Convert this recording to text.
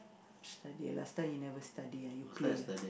study ah last time you never study ah you play ah